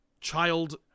child